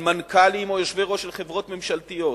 על מנכ"לים או יושבי-ראש של חברות ממשלתיות,